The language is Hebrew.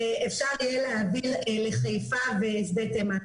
אפשר יהיה להעביר לחיפה ולשדה תימן.